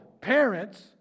parents